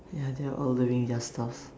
ya they are all doing their stuff